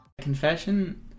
Confession